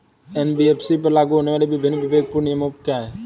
NBFC पर लागू होने वाले विभिन्न विवेकपूर्ण नियम क्या हैं?